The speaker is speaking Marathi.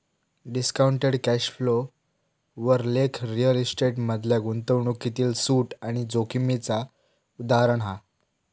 डिस्काउंटेड कॅश फ्लो वर लेख रिअल इस्टेट मधल्या गुंतवणूकीतील सूट आणि जोखीमेचा उदाहरण हा